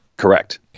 Correct